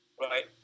right